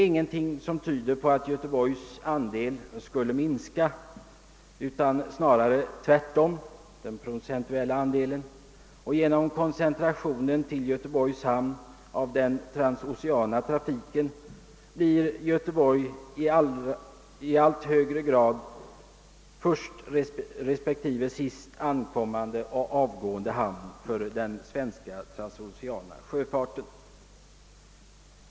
Ingenting tyder på att Göteborgs prccentuella andel skulle minska, utan snarare tvärtom; och genom koncentrationen till Göteborgs hamn av den transoceana trafiken, blir Göteborg i allt högre grad första respektive sista ankomstoch avgångshamn för den svenska transoceana sjöfarten.